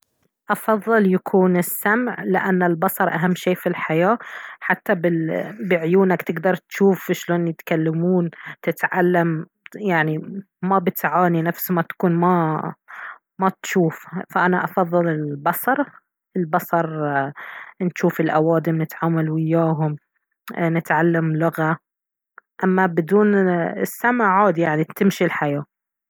أفضل يكون السمع لأن البصر أهم شيء في الحياة حتى بل بعيونك تقدر تشوف شلون يتكلمون تتعلم يعني ما بتعاني نفس ما تكون ما تشوف فأنا أفضل البصر البصر نشوف الأوادم نتعامل وياهم ايه نتعلم لغة أما بدون السمع عادي يعني بتمشي الحياة